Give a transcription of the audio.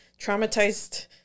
traumatized